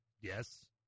Yes